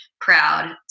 proud